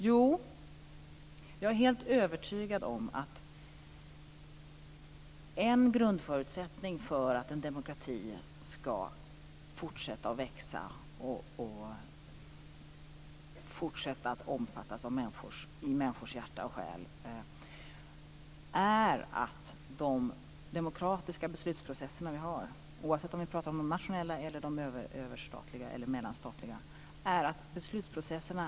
Jo, jag är helt övertygad om att en grundförutsättning för att en demokrati skall fortsätta att växa och fortsätta att omfattas av människors hjärta och själ är att de demokratiska beslutsprocesserna vi har, oavsett om vi pratar om de nationella, överstatliga eller mellanstatliga, går att förstå, att överblicka.